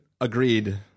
agreed